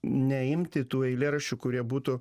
neimti tų eilėraščių kurie būtų